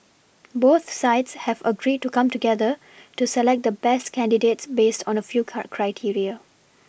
both sides have agreed to come together to select the best candidates based on a few cur criteria